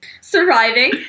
Surviving